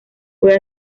fue